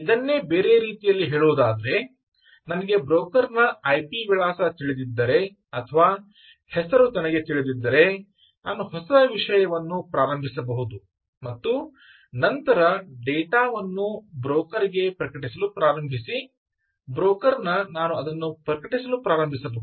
ಇದನ್ನೇ ಬೇರೆ ರೀತಿಯಲ್ಲಿ ಹೇಳುವುದಾದರೆ ನನಗೆ ಬ್ರೋಕರ್ ನ ಐಪಿ ವಿಳಾಸ ತಿಳಿದಿದ್ದರೆ ಅಥವಾ ಹೆಸರು ನನಗೆ ತಿಳಿದಿದ್ದರೆ ನಾನು ಹೊಸ ವಿಷಯವನ್ನು ಪ್ರಾರಂಭಿಸಬಹುದು ಮತ್ತು ನಂತರ ಡೇಟಾ ವನ್ನು ಬ್ರೋಕರ್ ಗೆ ಪ್ರಕಟಿಸಲು ಪ್ರಾರಂಭಿಸಿ ಬ್ರೋಕರ್ ನ ನಾನು ಅದನ್ನು ಪ್ರಕಟಿಸಲು ಪ್ರಾರಂಭಿಸಬಹುದು